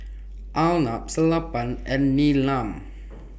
Arnab Sellapan and Neelam